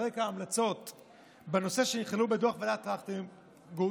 על רקע המלצות בנושא שנכללו בדוח ועדת טרכטנברג,